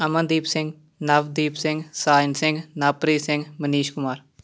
Amandeep Singh Navdeep Singh Sain Singh Navpreet Singh Manish Kumar